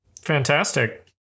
Fantastic